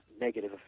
negative